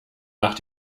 nach